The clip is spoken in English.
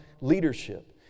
leadership